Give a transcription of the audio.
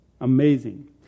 Amazing